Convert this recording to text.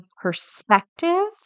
perspective